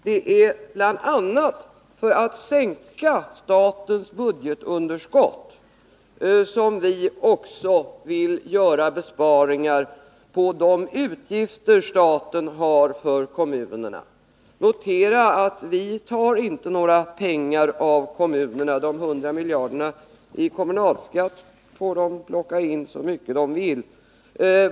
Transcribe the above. Det är bl.a. för att sänka statens budgetunderskott som vi också vill göra besparingar på de utgifter staten har för kommunerna. Notera att vi inte tar några pengar av kommunerna. De 100 miljarderna i kommunalskatt får de plocka in så mycket de vill.